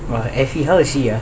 !wah! efi how is she ah